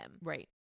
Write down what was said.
Right